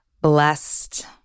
blessed